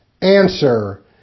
Answer